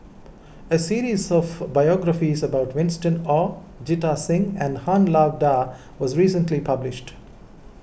a series of biographies about Winston Oh Jita Singh and Han Lao Da was recently published